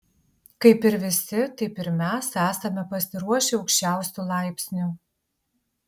kaip ir visi taip ir mes esame pasiruošę aukščiausiu laipsniu